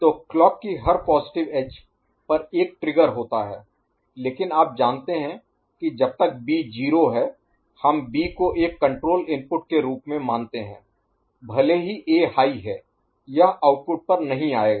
तो क्लॉक की हर पॉजिटिव एज पर एक ट्रिगर होता है लेकिन आप जानते हैं कि जब तक बी 0 है हम बी को एक कण्ट्रोल इनपुट के रूप में मानते हैं भले ही ए हाई है यह आउटपुट पर नहीं आएगा